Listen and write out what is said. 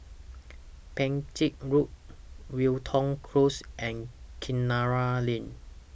Bangkit Road Wilton Close and Kinara Lane